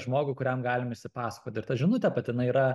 žmogų kuriam galim išsipasakot ir ta žinutė pati jnai yra